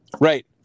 Right